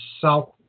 south